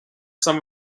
some